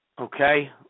Okay